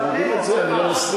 אתם יודעים את זה, אני לא מסתיר.